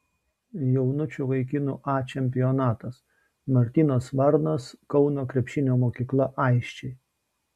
jaunučių vaikinų a čempionatas martynas varnas kauno krepšinio mokykla aisčiai